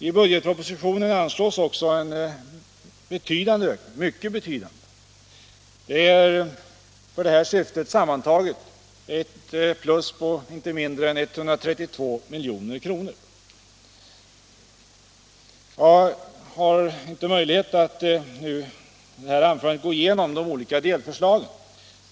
I budgetpropositionen föreslås också en mycket betydande ökning — sammantaget 132 milj.kr. — i detta syfte. Tiden tillåter inte att jag går igenom de olika delförslagen.